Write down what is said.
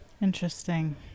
Interesting